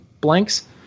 blanks